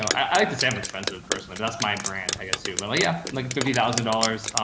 i have to say i'm expensive personally. that's my brand, i guess, too, but like, yeah, like fifty thousand dollars.